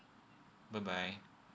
bye bye